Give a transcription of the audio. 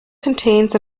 contains